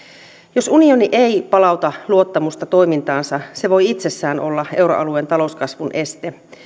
jos unioni ei palauta luottamusta toimintaansa se voi itsessään olla euroalueen talouskasvun este